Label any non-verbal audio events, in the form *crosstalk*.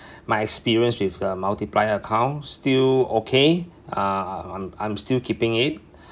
*breath* my experience with the multiplier account still okay uh I'm I'm still keeping it